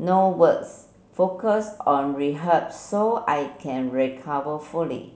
no works focus on rehab so I can recover fully